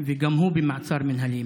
וגם הוא במעצר מינהלי.